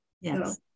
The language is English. yes